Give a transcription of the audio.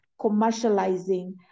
commercializing